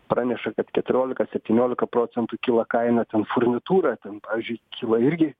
praneša kad keturiolika septyniolika procentų kyla kaina ten furnitūra ten pavyzdžiui kyla irgi